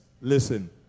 Listen